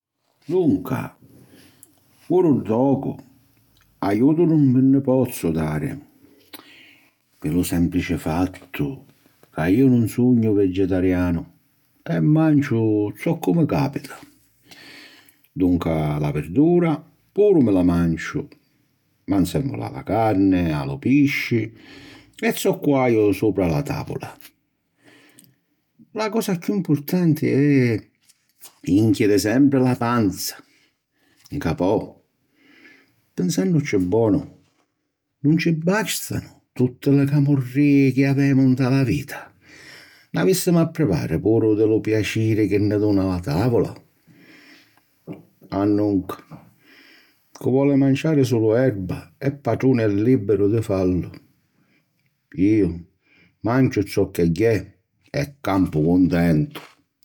Dunca, puru ddocu, aiutu nun vi nni pozzu dari, pi lu sèmplici fattu ca iu nun sugnu vegetarianu e manciu zoccu mi capita. Dunca la virdura puru mi la manciu ma nsèmmula a la carni, a lu pisci e zoccu haju supra la tàvula. La cosa chiù mpurtanti è jìnchiri sempri la panza. Nca po', pinsànnucci bonu, nun ci bàstanu tutti li camurrìi chi avemu nta la vita, n'avìssimu a privari puru di lu piaciri chi ni duna la tàvula? Annunca, cu' voli manciari sulu erva è patruni e lìbiru di fallu, iu, manciu zocchegghè e campu cuntentu.